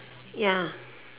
ya